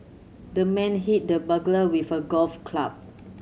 the man hit the burglar with a golf club